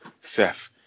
Seth